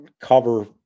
cover